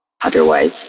Otherwise